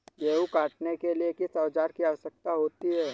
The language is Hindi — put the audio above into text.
गेहूँ काटने के लिए किस औजार की आवश्यकता होती है?